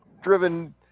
driven